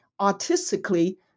artistically